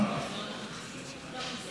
לוועדת העבודה והרווחה נתקבלה.